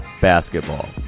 Basketball